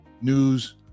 news